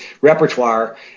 repertoire